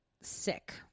sick